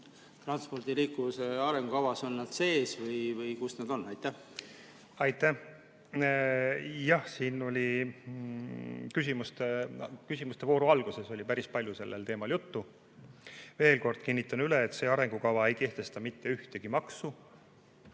transpordi ja liikuvuse arengukavas on need sees, või kus nad on? Aitäh! Jah, siin oli küsimuste vooru alguses päris palju sellel teemal juttu. Kinnitan veel kord üle, et see arengukava ei kehtesta mitte ühtegi maksu.